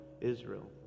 Israel